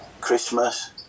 Christmas